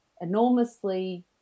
enormously